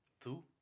Two